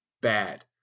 bad